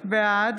בעד